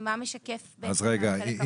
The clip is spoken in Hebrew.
מה משקף וכולי.